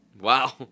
Wow